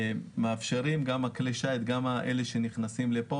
מאפשרים גם לכלי השייט שנכנסים לכאן,